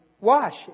wash